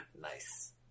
Nice